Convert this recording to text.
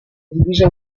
divisa